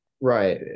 Right